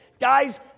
Guys